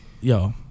yo